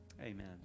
Amen